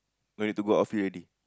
no need to go outfield already